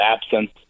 absence